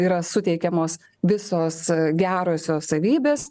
yra suteikiamos visos gerosios savybės